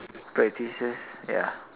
practices ya